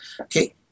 okay